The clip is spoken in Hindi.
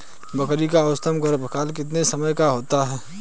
बकरी का औसतन गर्भकाल कितने समय का होता है?